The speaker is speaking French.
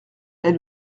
elle